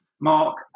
Mark